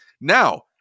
Now